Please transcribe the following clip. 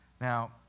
Now